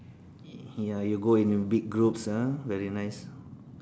ya you go in big groups ah very nice